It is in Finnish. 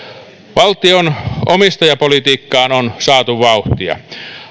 valtion omistajapolitiikkaan on saatu vauhtia